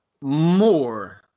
more